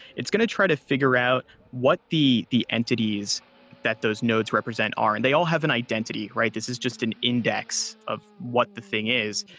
it's going to try to figure out what the the entities that those nodes represent are and they all have an identity, right? this is just an index of what the thing is.